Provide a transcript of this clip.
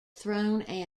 throne